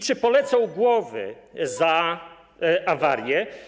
Czy polecą głowy za awarię?